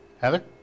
Heather